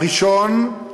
הראשון,